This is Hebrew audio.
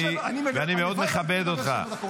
ואני מאוד מכבד אותך.